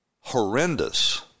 horrendous